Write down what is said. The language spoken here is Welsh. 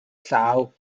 llaw